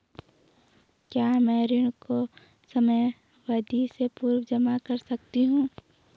क्या मैं ऋण को समयावधि से पूर्व जमा कर सकती हूँ?